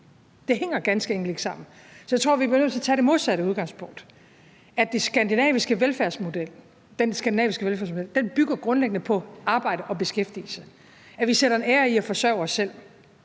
det hænger ganske enkelt ikke sammen. Så jeg tror, vi bliver nødt til at tage det modsatte udgangspunkt, nemlig at den skandinaviske velfærdsmodel grundlæggende bygger på arbejde og beskæftigelse, og at vi sætter en ære i at forsørge os selv,